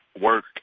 work